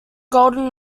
golden